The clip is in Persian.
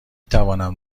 توانم